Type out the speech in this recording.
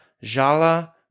Jala